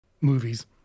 movies